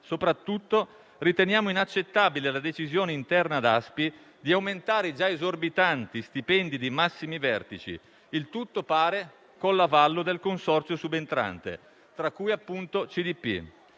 Soprattutto, riteniamo inaccettabile la decisione interna ad Autostrade per l'Italia (Aspi) di aumentare i già esorbitanti stipendi dei massimi vertici, il tutto - pare - con l'avallo del consorzio subentrante, tra cui appunto Cassa